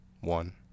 one